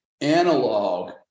analog